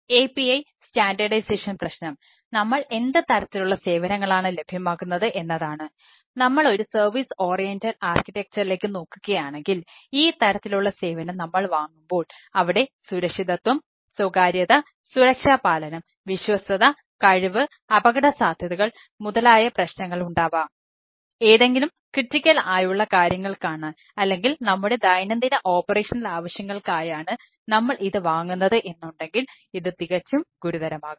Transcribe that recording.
API standardisation ആവശ്യങ്ങൾക്ക് ആയാണ് നമ്മൾ ഇത് വാങ്ങുന്നത് എന്നുണ്ടെങ്കിൽ ഇത് തികച്ചും ഗുരുതരമാകും